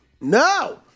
No